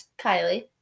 Kylie